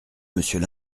monsieur